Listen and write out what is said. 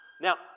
Now